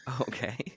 Okay